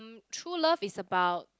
true love is about